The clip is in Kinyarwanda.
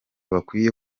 bakwiye